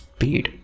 Speed